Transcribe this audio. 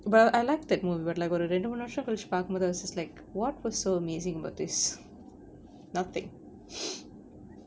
well I like that movie but like ஒரு ரெண்டு மூணு வருசம் கழிச்சி பாக்கும்போது:oru rendu moonu varusam kalichu paakumpothu I was just like what was so amazing about this nothing